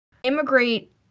Immigrate